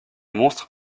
monstre